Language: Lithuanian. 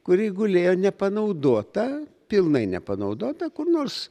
kuri gulėjo nepanaudota pilnai nepanaudota kur nors